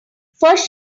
first